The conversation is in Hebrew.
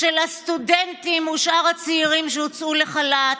של הסטודנטים ושאר הצעירים שהוצאו לחל"ת,